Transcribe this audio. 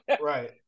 Right